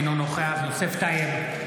אינו נוכח יוסף טייב,